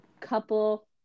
couple